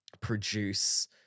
produce